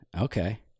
okay